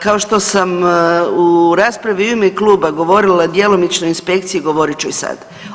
Kao što sam u raspravi u ime kluba govorila o djelomičnoj inspekciji, govorit ću i sad.